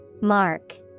Mark